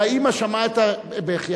והאמא שמעה את הבכי.